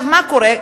מה קורה?